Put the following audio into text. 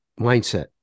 mindset